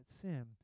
sin